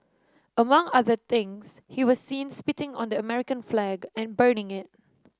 among other things he was seen spitting on the American flag and burning it